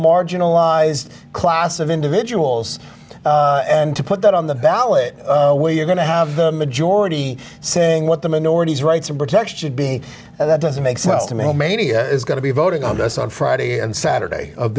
marginalized class of individuals and to put that on the ballot where you're going to have the majority saying what the minorities rights and protection should be and that doesn't make sense to me how many is going to be voting on this on friday and saturday of